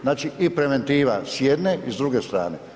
Znači, i preventiva s jedne i druge strane.